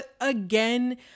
again